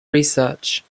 research